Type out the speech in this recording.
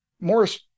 morris